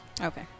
Okay